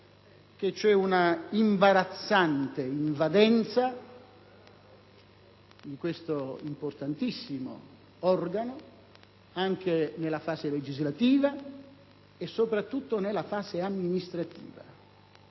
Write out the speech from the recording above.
registra un'imbarazzante invadenza di questo importantissimo organo, anche nella fase legislativa e soprattutto nella fase amministrativa.